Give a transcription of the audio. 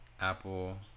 Apple